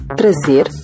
trazer